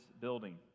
building